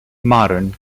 modern